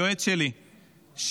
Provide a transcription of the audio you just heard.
היועץ שלי,